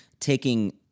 taking